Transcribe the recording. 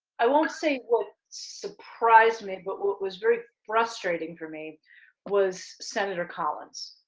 i won't say what surprised me, but what was very frustrating for me was senator collins,